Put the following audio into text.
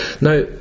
Now